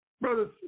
Brothers